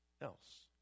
else